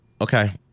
Okay